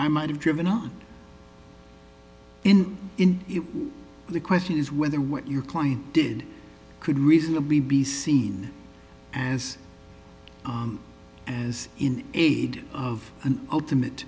guy might have driven off in it the question is whether what your client did could reasonably be seen as as in aid of an ultimate